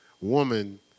woman